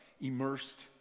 immersed